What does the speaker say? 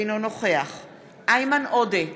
אינו נוכח איימן עודה,